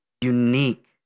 unique